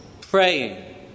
praying